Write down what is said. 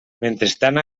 mentrestant